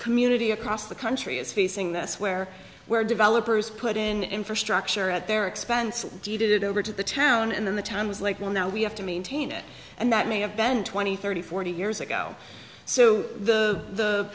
community across the country is facing this where where developers put in infrastructure at their expense deeded over to the town and then the town was like well now we have to maintain it and that may have been twenty thirty forty years ago so the